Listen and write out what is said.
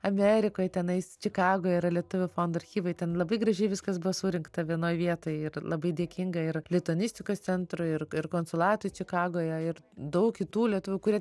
amerikoj tenais čikagoj yra lietuvių fondo archyvai ten labai gražiai viskas buvo surinkta vienoj vietoj ir labai dėkinga ir lituanistikos centrui ir ir konsulatui čikagoje ir daug kitų lietuvių kurie